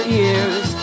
ears